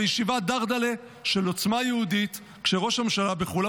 בישיבה דרדל'ה של עוצמה יהודית כשראש הממשלה בחו"ל.